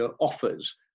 offers